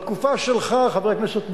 בתקופה שלך, חבר הכנסת מולה,